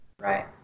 Right